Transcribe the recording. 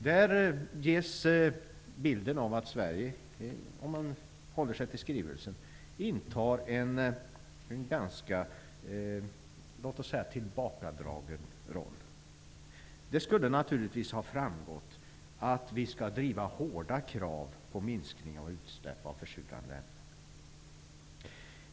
Där ges bilden av att Sverige, om man håller sig till skrivelsen, intar en ganska tillbakadragen position. Det borde ha framgått att vi skall driva hårda krav på minskning av utsläpp av försurande ämnen.